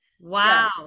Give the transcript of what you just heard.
Wow